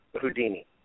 Houdini